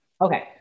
Okay